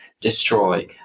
destroy